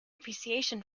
appreciation